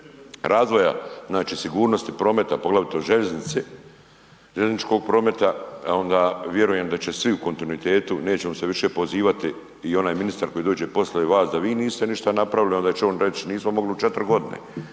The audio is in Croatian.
razvoja sigurnosti prometa, poglavito željeznice, željezničkog prometa e onda vjerujem da će svi u kontinuitetu nećemo se više pozivati i onaj ministar koji dođe poslije vas da vi niste ništa napravili, onda će on reći nismo mogli u četiri godine.